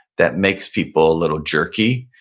that makes people a little jerky.